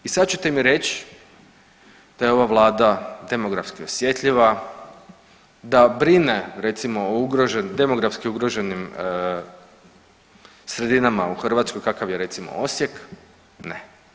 I sad ćete mi reći da je ova Vlada demografski osjetljiva, da brine, recimo o demografski ugroženim sredinama u Hrvatskoj, kakav je recimo, Osijek, ne.